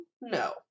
No